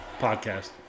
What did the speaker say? podcast